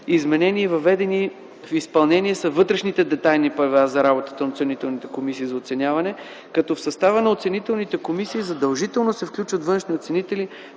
изменени и въведени в изпълнение са вътрешните детайлни правила за работата от изпълнителните комисии за оценяване, като в състава на оценителните комисии задължително се включват външни оценители,